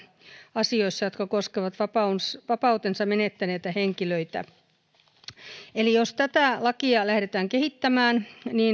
asioissa jotka koskevat vapautensa menettäneitä henkilöitä eli jos tätä lakia lähdetään kehittämään